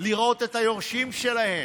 לראות את היורשים שלהם,